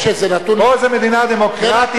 פה זאת מדינה דמוקרטית.